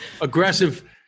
aggressive